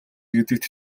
гэдэгт